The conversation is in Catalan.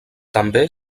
també